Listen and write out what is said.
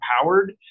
empowered